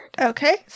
Okay